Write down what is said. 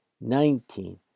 nineteen